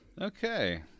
Okay